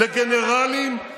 הינה הגיעה הפעם הראשונה.